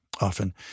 often